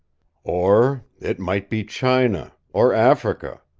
or it might be china, or africa,